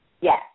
Yes